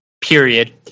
period